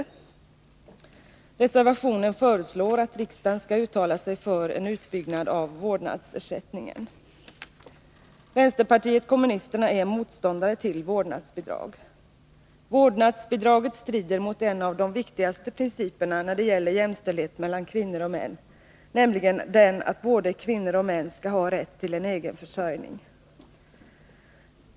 I reservationen föreslås att riksdagen skall uttala sig för en utbyggnad av vårdnadsersättningen. Vänsterpartiet kommunisterna är motståndare till vårdnadsbidrag. Vårdnadsbidraget strider mot en av de viktigaste principerna när det gäller jämställdhet mellan kvinnor och män, nämligen den att både kvinnor och män skall ha rätt till en egen försörjning.